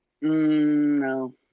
No